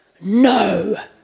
No